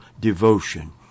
devotion